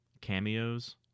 cameos